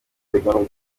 bigatera